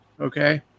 okay